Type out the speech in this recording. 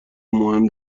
مهم